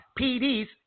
PDs